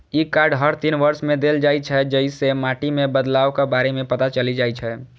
ई card हर तीन वर्ष मे देल जाइ छै, जइसे माटि मे बदलावक बारे मे पता चलि जाइ छै